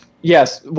Yes